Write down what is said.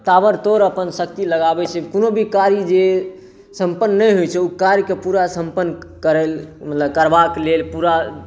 ताबड़तोड़ अपन शक्ति लगाबै छै कोनो भी कार्य जे सम्पन्न नहि होइ छै ओहि कार्यके पूरा सम्पन्न करै करबाके लेल पूरा